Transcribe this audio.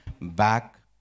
back